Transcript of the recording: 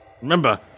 Remember